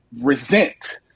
resent